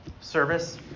Service